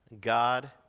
God